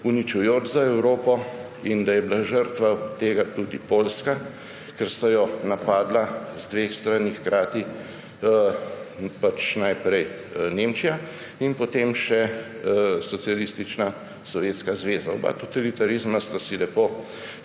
uničujoč za Evropo in da je bila žrtev tega tudi Poljska, ker sta jo napadla z dveh strani hkrati najprej Nemčija in potem še socialistična Sovjetska zveza – oba totalitarizma sta si lepo